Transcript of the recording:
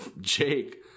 Jake